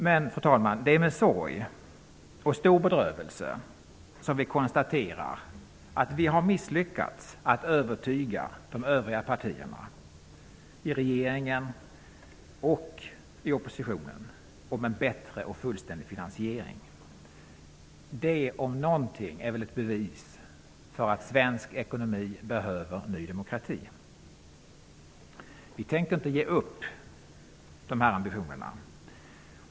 Men, fru talman, det är med sorg och stor bedrövelse som vi konstaterar att vi har misslyckats med att övertyga de övriga partierna i regeringen och i oppositionen om en bättre finansiering och om en fullständig finansiering. Det om något är väl ett bevis för att svensk ekonomi behöver Ny demokrati! Vi tänker inte ge upp de här ambitionerna.